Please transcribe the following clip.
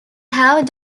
have